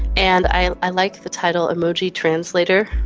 and i i like the title emoji translator.